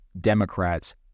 Democrats